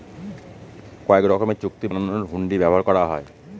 কয়েক রকমের চুক্তি বানানোর হুন্ডি ব্যবহার করা হয়